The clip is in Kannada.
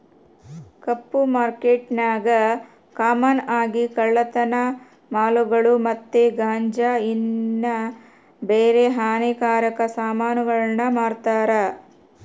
ಕಪ್ಪು ಮಾರ್ಕೆಟ್ನಾಗ ಕಾಮನ್ ಆಗಿ ಕಳ್ಳತನ ಮಾಲುಗುಳು ಮತ್ತೆ ಗಾಂಜಾ ಇನ್ನ ಬ್ಯಾರೆ ಹಾನಿಕಾರಕ ಸಾಮಾನುಗುಳ್ನ ಮಾರ್ತಾರ